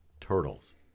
turtles